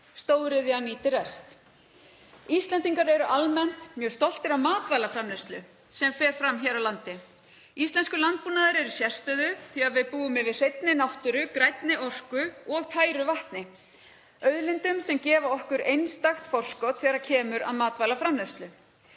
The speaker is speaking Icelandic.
Stóriðjan nýtir rest. Íslendingar eru almennt mjög stoltir af matvælaframleiðslu sem fer fram hér á landi. Íslenskur landbúnaður er með sérstöðu því að við búum yfir hreinni náttúru, grænni orku og tæru vatni, auðlindum sem gefa okkur einstakt forskot þegar kemur að matvælaframleiðslu.